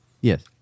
Yes